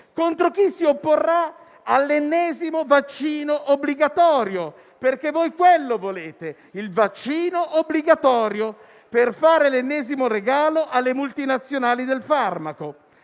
contro chi si opporrà all'ennesimo vaccino obbligatorio, perché voi volete il vaccino obbligatorio per fare l'ennesimo regalo alle multinazionali del farmaco.